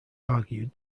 argued